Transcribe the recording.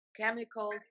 chemicals